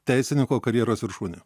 teisininko karjeros viršūnė